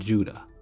Judah